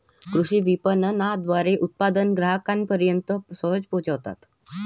कृषी विपणनाद्वारे कृषी उत्पादने ग्राहकांपर्यंत सहज पोहोचतात